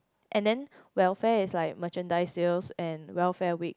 and then welfare is like merchandise sales and welfare week